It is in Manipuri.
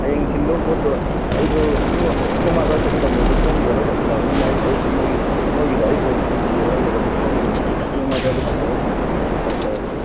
ꯍꯌꯦꯡ ꯊꯤꯟꯒꯗꯧꯕ ꯄꯣꯠꯇꯣ ꯑꯩꯗꯣ ꯄꯨꯡ ꯑꯃ ꯑꯗ꯭ꯋꯥꯏ ꯆꯠꯀꯦ ꯇꯧꯕꯅꯦ ꯑꯗꯣ ꯁꯣꯝꯒꯤ ꯑꯣꯔꯗꯔ ꯇꯧꯁꯤꯜꯂꯛꯑꯕꯅꯤꯅ ꯑꯩ ꯑꯌꯨꯛꯇ ꯃꯈꯣꯏꯒꯤꯗꯣ ꯑꯌꯨꯛꯇ ꯑꯣꯏꯅ ꯊꯤꯟꯕꯤꯔꯨꯔꯒꯦꯕ ꯑꯗꯨ ꯁꯣꯝꯒꯤꯅ ꯄꯨꯡ ꯑꯃ ꯑꯗ꯭ꯋꯥꯏꯗ ꯊꯤꯟꯕꯁꯦ ꯂꯥꯛꯆꯔꯒꯦ